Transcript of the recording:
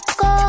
go